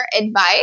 advice